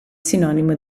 sinonimo